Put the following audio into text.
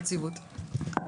נציבות?